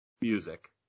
music